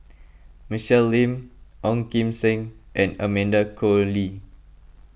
Michelle Lim Ong Kim Seng and Amanda Koe Lee